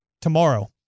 tomorrow